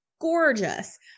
gorgeous